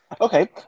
Okay